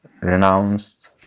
renounced